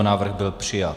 Návrh byl přijat.